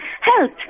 help